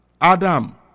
Adam